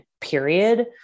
period